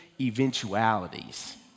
eventualities